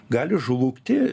gali žlugti